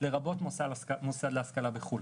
לרבות מוסד להשכלה בחו"ל.